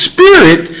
Spirit